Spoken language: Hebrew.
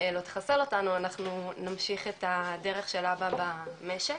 לא תחסל אותנו, נמשיך את הדרך של אבא במשק.